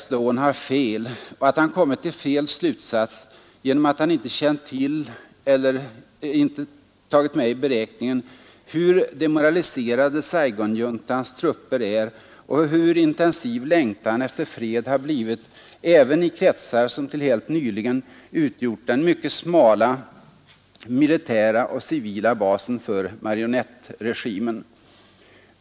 Stone har fel och att han kommit till felaktig slutsats genom att han inte känt till eller inte tagit med i beräkningen hur demoraliserade Saigonjuntans trupper är och hur intensiv längtan efter fred har blivit även i kretsar som till helt nyligen utgjort den mycket smala militära och civila basen för marionettregimen.